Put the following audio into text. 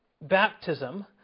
baptism